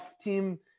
team